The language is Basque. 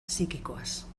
psikikoaz